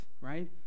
right